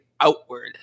outward